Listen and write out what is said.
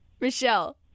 Michelle